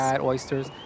oysters